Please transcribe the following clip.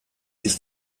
ist